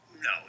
No